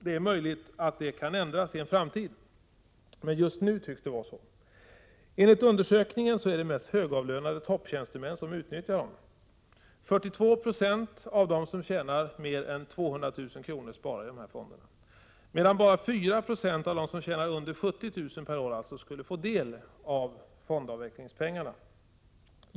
Det är möjligt att det kan ändras i en framtid, men just nu tycks det vara så. Enligt undersökningen är det mest högavlönade topptjänstemän som utnyttjar dem. 42 26 av dem som tjänar mer än 200 000 kr. sparar i dessa fonder, medan bara 4 96 av dem som tjänar under 70 000 kr. per år alltså skulle få del av fondavvecklingspengarna.